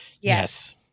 yes